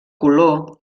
color